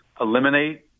eliminate